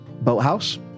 boathouse